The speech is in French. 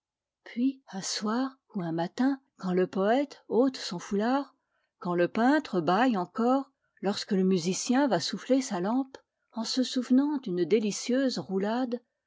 puis un soir ou un matin quand le poète ôte son foulard quand le peintre bâille encore lorsque le musicien va souffler sa lampe en se souvenant d'une délicieuse roulade